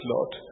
Lord